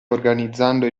organizzando